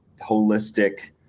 holistic